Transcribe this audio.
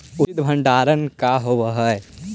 उचित भंडारण का होव हइ?